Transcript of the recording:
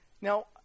Now